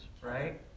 right